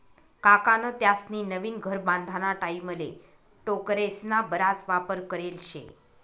काकान त्यास्नी नवीन घर बांधाना टाईमले टोकरेस्ना बराच वापर करेल शे